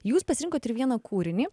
jūs pasirinkot ir vieną kūrinį